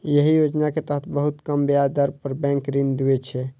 एहि योजना के तहत बहुत कम ब्याज दर पर बैंक ऋण दै छै